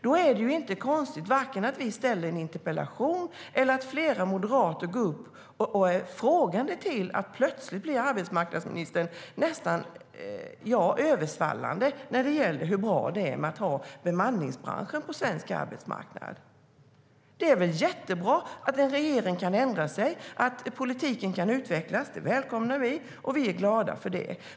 Då är det inte konstigt vare sig att vi ställer en interpellation eller att flera moderater går upp och är frågande till att arbetsmarknadsministern plötsligt blir nästan översvallande när det gäller hur bra det är att ha bemanningsbranschen på svensk arbetsmarknad. Det är väl jättebra att en regering kan ändra sig, att politiken kan utvecklas. Det välkomnar vi, och vi är glada för det.